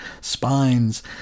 spines